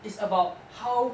it's about how